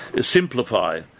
simplify